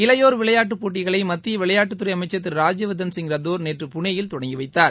இளையோர் விளையாட்டு போட்டிகளை மத்திய விளையாட்டுத் துறை அமைச்சள் திரு ராஜ்ய வா்த்தன் சிய் ரத்தோர் நேற்று புனேயில் தொடங்கி வைத்தார்